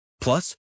Plus